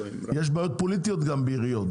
יש בעיות פוליטיות גם בעיריות.